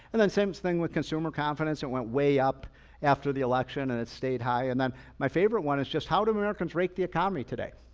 and then same thing with consumer confidence that and went way up after the election and it stayed high. and then my favorite one is just, how do americans rate the economy today?